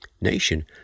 Nation